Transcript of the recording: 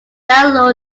download